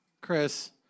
Chris